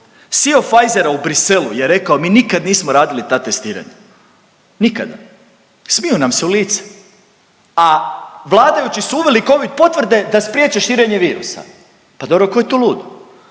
…Pfizera u Bruxellesu je rekao mi nikad nismo radili ta testiranja nikada i smiju nam se u lice, a vladajući su uveli covid potvrde da spriječe širenje virusa. Pa dobro ko je tu lud?